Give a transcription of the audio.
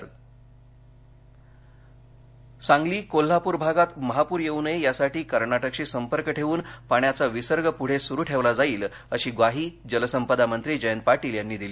जयंत पाटील सांगली सांगली कोल्हापूर भागात महापूर येऊ नये यासाठी कर्नाटकशी संपर्क ठेवून पाण्याचा विसर्ग पुढे सुरु ठेवला जाईल अशी ग्वाही जलसंपदामंत्री जयंत पाटील यांनी दिली